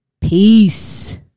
Peace